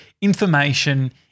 information